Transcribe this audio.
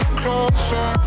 closer